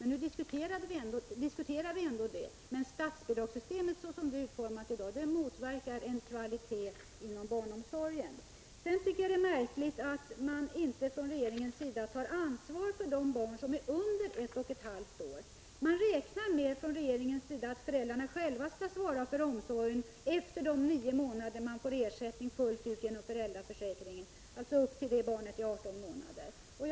Nu diskuterar vi ändå kvaliteten, men såsom statsbidragssystemet är utformat i dag motverkar det en förbättrad kvalitet inom barnomsorgen. Jag tycker vidare att det är märkligt att regeringen inte tar ansvar för de barn som är under ett och ett halvt år. Regeringen räknar med att föräldrarna själva skall få svara för omsorgen efter de nio månader då de fullt ut har fått ersättning genom föräldraförsäkringen, dvs. till dess att barnet är 18 månader.